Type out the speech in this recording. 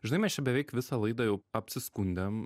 žinai mes čia beveik visą laidą jau apsiskundėm